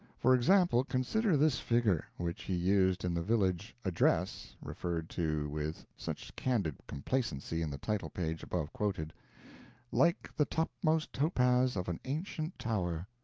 for example, consider this figure, which he used in the village address referred to with such candid complacency in the title-page above quoted like the topmost topaz of an ancient tower.